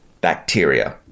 bacteria